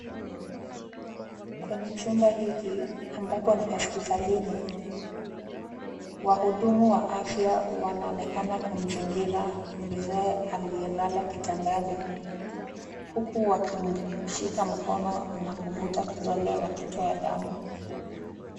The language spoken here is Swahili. Kwenye chumba hiki ambapo ni hospitalini, wahudumu wa afya wanaonekana kumzingira mzee aliyelala kitandani. Huku wakimshika mkono na kuvuta kidole wakitoa damu.